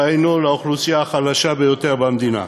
דהיינו לאוכלוסייה החלשה ביותר במדינה.